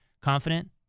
confident